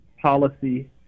policy